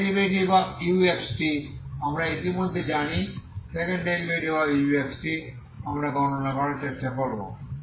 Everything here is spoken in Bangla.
u1xtআমরা ইতিমধ্যে জানি এবং u2xtআমরা গণনা করার চেষ্টা করব